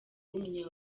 w’umunya